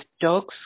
dogs